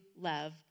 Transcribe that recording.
love